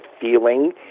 feeling